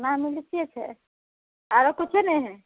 नामी लिचियै छै आरो किछु नहि है